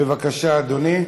בבקשה, אדוני.